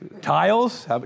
tiles